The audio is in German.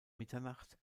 mitternacht